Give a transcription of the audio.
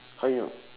how you know